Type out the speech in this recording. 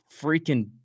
freaking –